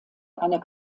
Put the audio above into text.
einer